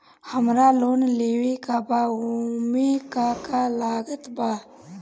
हमरा लोन लेवे के बा ओमे का का लागत बा?